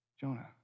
Jonah